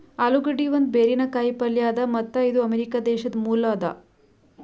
ಆಲೂಗಡ್ಡಿ ಒಂದ್ ಬೇರಿನ ಕಾಯಿ ಪಲ್ಯ ಅದಾ ಮತ್ತ್ ಇದು ಅಮೆರಿಕಾ ದೇಶದ್ ಮೂಲ ಅದಾ